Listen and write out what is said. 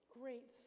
great